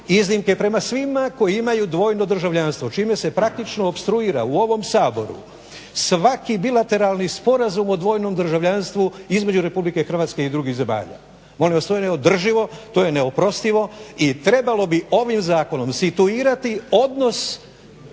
iznimke prema svima koji imaju dvojno državljanstvo čime se praktično opstruira u ovom Saboru svaki bilateralni sporazum o dvojnom državljanstvu između Republike Hrvatske i drugih zemalja. Molim vas to je neodrživo, to je neoprostivo i trebalo bi ovim zakonom situirati odnos,